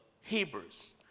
Hebrews